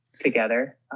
together